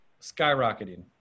skyrocketing